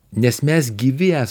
nes mes gyvi esam